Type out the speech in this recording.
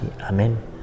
Amen